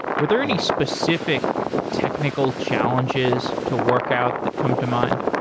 were there any specific technical challenges to work out that come to mind?